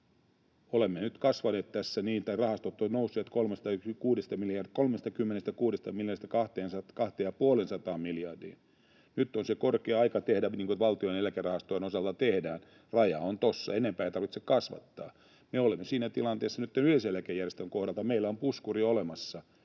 Olemme nyt kasvaneet, rahastot ovat nousseet 36 miljardista 250 miljardiin. Nyt on se korkea aika tehdä, niin kuin valtion eläkerahastojen osalta tehdään. Raja on tuossa, enempää ei tarvitse kasvattaa. Me olemme siinä tilanteessa nyt tämän yleisen eläkejärjestelmän kohdalta, meillä on puskuri olemassa,